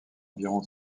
environ